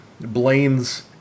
Blaine's